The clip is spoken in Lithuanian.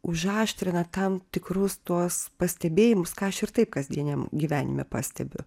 užaštrina tam tikrus tuos pastebėjimus ką aš ir taip kasdieniam gyvenime pastebiu